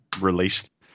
released